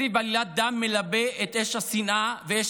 בעלילת דם כסיף מלבה את אש השנאה ואש